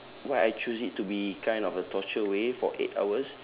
why I choose it to be kind of a torture way for eight hours